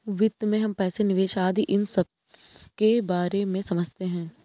वित्त में हम पैसे, निवेश आदि इन सबके बारे में समझते हैं